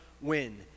win